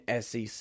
SEC